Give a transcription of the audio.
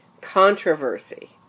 controversy